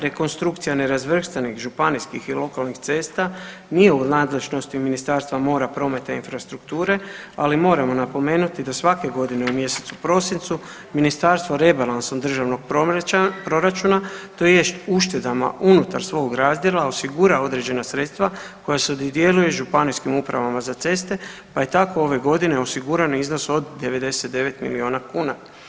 Rekonstrukcija nerazvrstanih županijskih i lokalnih cesta nije u nadležnosti Ministarstva mora, prometa i infrastrukture, ali moramo napomenuti da svake godine u mjesecu prosincu ministarstvo rebalansom državnog proračuna tj. uštedama unutar svog razdjela osigura određena sredstva koja se dodjeljuju županijskim upravama za ceste, pa je tako ove godine osiguran iznos od 99 milijuna kuna.